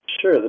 Sure